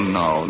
no